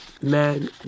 man